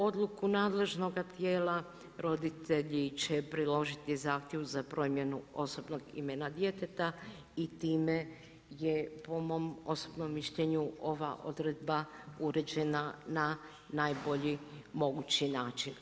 Odluku nadležnoga tijela roditelji će priložiti zahtjevu za promjenu osobnog imena djeteta, i time je po mom osobnom mišljenju ova odredba uređena na najbolji mogući način.